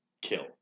kill